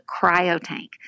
cryotank